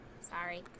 Sorry